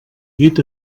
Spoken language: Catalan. llit